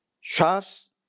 Shops